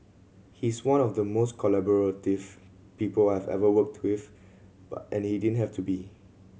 he's one of the most collaborative people I've ever worked with and he didn't have to be